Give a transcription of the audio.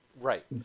Right